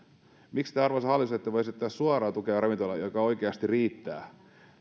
miksi te arvoisa hallitus ette voi esittää ravintoloille suoraa tukea joka oikeasti riittää